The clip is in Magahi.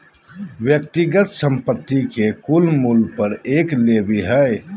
व्यक्तिगत संपत्ति के कुल मूल्य पर एक लेवी हइ